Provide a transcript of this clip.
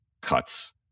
cuts